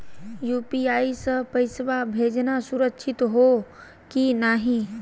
UPI स पैसवा भेजना सुरक्षित हो की नाहीं?